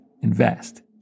invest